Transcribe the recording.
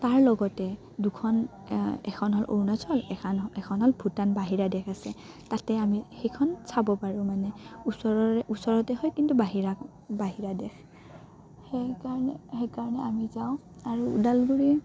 তাৰ লগতে দুখন এখন হ'ল অৰুণাচল এখন এখন হ'ল ভূটান বাহিৰা দেশ আছে তাতে আমি সেইখন চাব পাৰোঁ মানে ওচৰৰে ওচৰতে হয় কিন্তু বাহিৰা বাহিৰা দেশ সেইকাৰণে সেইকাৰণে আমি যাওঁ আৰু ওদালগুৰি